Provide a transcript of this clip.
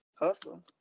hustle